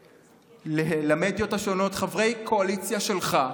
במדיות השונות, חברי קואליציה שלך,